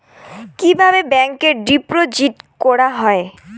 কিভাবে ব্যাংকে ডিপোজিট করা হয়?